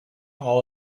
all